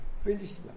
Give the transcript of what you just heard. finished